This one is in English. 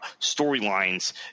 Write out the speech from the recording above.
storylines